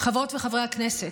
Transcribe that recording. חברות וחברי הכנסת: